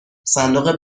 صندوق